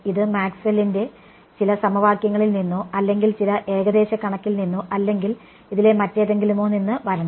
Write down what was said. ഇത് മാക്സ്വെല്ലിന്റെ Maxwell's ചില സമവാക്യങ്ങളിൽ നിന്നോ അല്ലെങ്കിൽ ചില ഏകദേശ കണക്കിൽ നിന്നോ അല്ലെങ്കിൽ ഇതിലെ മറ്റെന്തെങ്കിലുമോ നിന്നോ വരണം